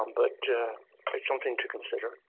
um but it's something to consider.